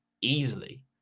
easily